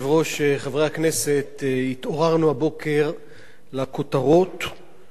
התעוררנו הבוקר לכותרות שמבשרות,